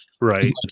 right